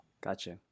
Gotcha